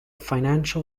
financial